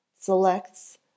selects